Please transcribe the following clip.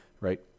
right